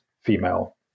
female